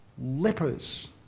lepers